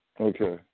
Okay